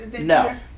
No